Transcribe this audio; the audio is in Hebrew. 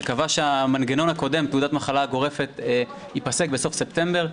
שקבע שהמנגנון הקודם תעודת המחלה הגורפת ייפסק בסוף ספטמבר.